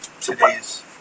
today's